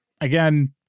Again